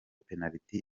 penaliti